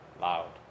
loud